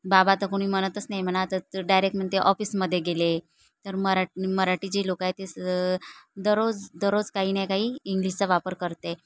बाबा तर कोणी म्हणतच नाही म्हणा आता तर डायरेक म्हणते ऑफिसमध्ये गेले तर मराट मराठी जे लोक आहे ते स दररोज दररोज काही ना काही इंग्लिशचा वापर करत आहे